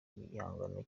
gihangano